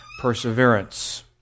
perseverance